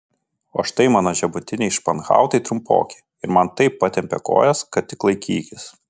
o štai mano žemutiniai španhautai trumpoki ir man taip patempė kojas kad tik laikykis